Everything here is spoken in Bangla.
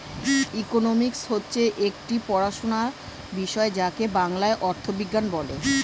ইকোনমিক্স হচ্ছে একটি পড়াশোনার বিষয় যাকে বাংলায় অর্থবিজ্ঞান বলে